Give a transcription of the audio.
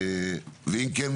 ואם כן,